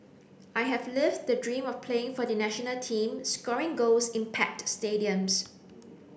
I have lived the dream of playing for the national team scoring goals in packed stadiums